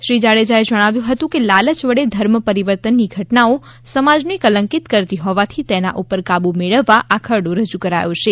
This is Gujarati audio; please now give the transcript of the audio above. શ્રી જાડેજાએ જણાવ્યુ હતું કે લાલચ વડે ધર્મ પરિવર્તનની ઘટનાઓ સમાજને કલંકિત કરતી હોવાથી તેના ઉપર કાબૂ મેળવવા આ ખરડો રજૂ કરાયો છે